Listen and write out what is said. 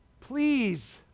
please